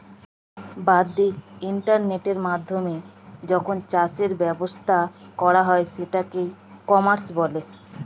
বাদ্দিক ইন্টারনেটের মাধ্যমে যখন চাষের ব্যবসা করা হয় সেটাকে ই কমার্স বলে